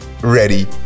ready